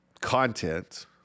content